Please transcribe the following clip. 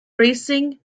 racing